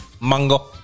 Mango